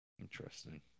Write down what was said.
Interesting